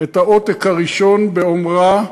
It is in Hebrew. את העותק הראשון, באומרה: